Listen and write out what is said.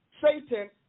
Satan